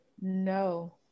No